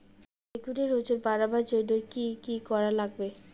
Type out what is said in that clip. বেগুনের ওজন বাড়াবার জইন্যে কি কি করা লাগবে?